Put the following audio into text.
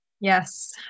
Yes